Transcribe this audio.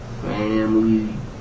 family